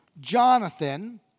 Jonathan